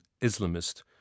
Islamist